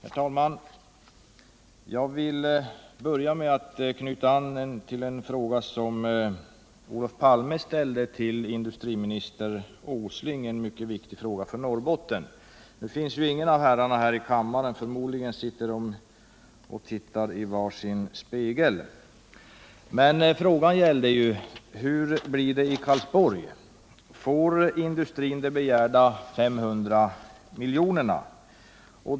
Herr talman! Jag vill börja med att knyta an till en fråga som Olof Palme ställde till industriminister Åsling — en mycket viktig fråga för Norrbotten. Nu finns ju ingen av herrarna här i kammaren. Förmodligen sitter de och tittar i var sin spegel. Frågan gällde: Hur blir det i Karlsborg? Får industrin de begärda 500 miljonerna?